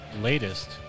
latest